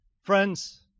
Friends